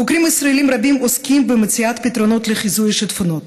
חוקרים ישראלים רבים עוסקים במציאת פתרונות לחיזוי שיטפונות.